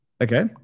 Okay